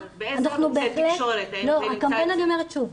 אנחנו בהחלט --- באיזה אמצעי תקשורת --- אני אומרת שוב,